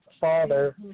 father